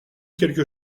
quelque